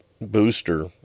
booster